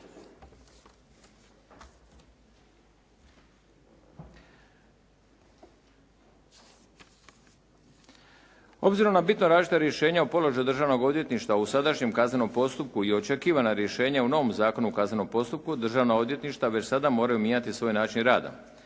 Obzirom na bitno različita rješenja u položaju Državnog odvjetništva u sadašnjem kaznenom postupku i očekivana rješenja u novom Zakonu o kaznenom postupku državna odvjetništva već sada moraju mijenjati svoj način rada.